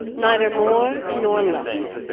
neither more nor less.